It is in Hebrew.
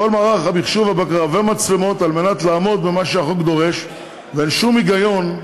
כדי לעמוד במה שהחוק דורש, ואין שום היגיון,